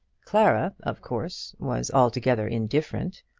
clara, of course, was altogether indifferent.